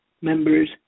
members